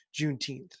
Juneteenth